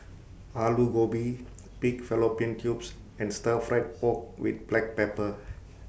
Aloo Gobi Pig Fallopian Tubes and Stir Fried Pork with Black Pepper